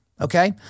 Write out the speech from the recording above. Okay